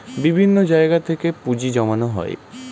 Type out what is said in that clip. বিভিন্ন জায়গা থেকে পুঁজি জমানো হয়